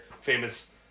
famous